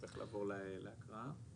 נעבור להקראה.